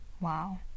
Wow